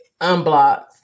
Unblocks